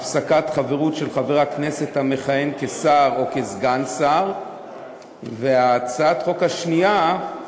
(הפסקת חברות של חבר הכנסת המכהן כשר או כסגן שר); הצעת החוק השנייה,